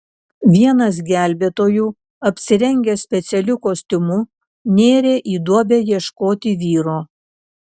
vienas gelbėtojų apsirengęs specialiu kostiumu nėrė į duobę ieškoti vyro